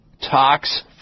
tox